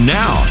now